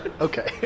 Okay